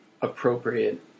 appropriate